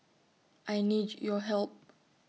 I need your help